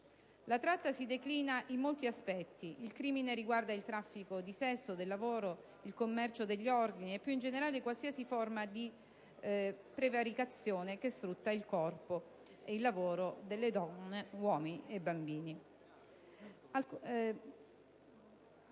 La tratta si declina in molti aspetti. Il crimine riguarda il traffico di sesso e di lavoro, il commercio degli organi e, più in generale, qualsiasi forma di prevaricazione che sfrutta il corpo ed il lavoro delle donne, degli uomini e dei bambini.